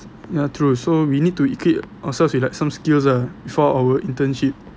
ya true so we need to equip ourselves with like some skills ah before our internship